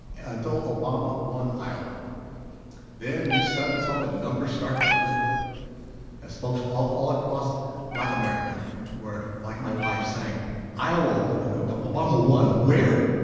until obama won iowa then you suddenly saw the numbers start to flip as folks all like all across black america were like my wife saying iowa won and um obama won where